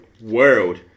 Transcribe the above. world